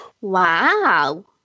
Wow